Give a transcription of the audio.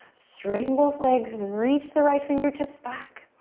straighten both legs. reach the right fingertips back.